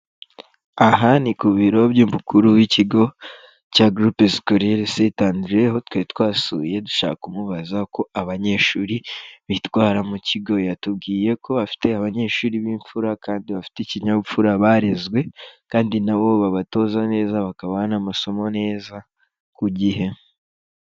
Aha ni ku biro by'umukuru w'ikigo cya Groupe Scolaire Saint Andre aho twari twasuye dushaka kumubaza uko abanyeshuri bitwara mu kigo, yatubwiye ko bafite abanyeshuri b'imfura kandi bafite ikinyabupfura barezwe, kandi na bo babatoza neza bakabaha n'amasomo neza ku gihe.